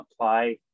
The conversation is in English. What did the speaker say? apply